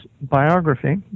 biography